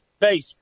Base